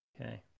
Okay